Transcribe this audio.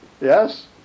Yes